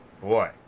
Boy